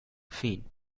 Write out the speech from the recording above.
فین